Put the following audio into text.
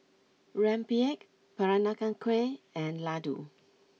Rempeyek Peranakan Kueh and Laddu